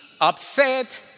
upset